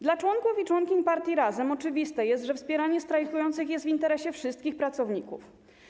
Dla członków i członkiń Partii Razem jest oczywiste, że wspieranie strajkujących jest w interesie wszystkich pracowników.